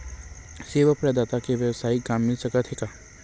सेवा प्रदाता के वेवसायिक काम मिल सकत हे का?